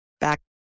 back